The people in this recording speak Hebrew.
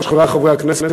חברי חברי הכנסת,